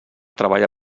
treballa